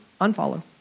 unfollow